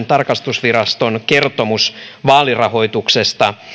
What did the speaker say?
tarkastusviraston kertomus vaalirahoituksen